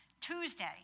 Tuesday